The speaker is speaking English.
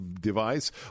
device